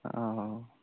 ओ